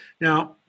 now